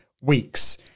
weeks